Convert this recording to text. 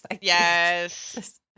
yes